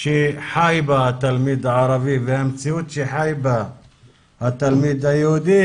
שחי בה התלמיד הערבי והמציאות שחי בה התלמיד היהודי